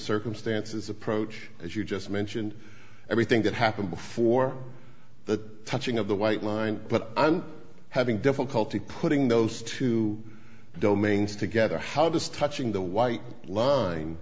circumstances approach as you just mentioned everything that happened before the touching of the white line but i'm having difficulty putting those two domains together how does touching the white li